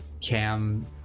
Cam